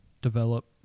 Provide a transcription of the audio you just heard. develop